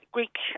Greek